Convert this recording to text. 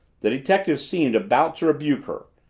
the detective seemed about to rebuke her.